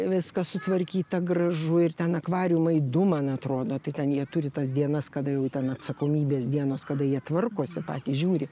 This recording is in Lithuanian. viskas sutvarkyta gražu ir ten akvariumai du man atrodo tai ten jie turi tas dienas kada jau ten atsakomybės dienos kada jie tvarkosi patys žiūri